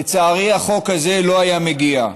לצערי החוק הזה לא היה מגיע.